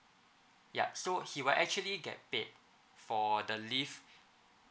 yup so he will actually get paid for the leave